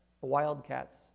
wildcats